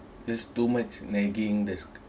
there's too much nagging there's